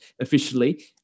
officially